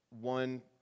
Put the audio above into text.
one